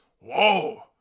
whoa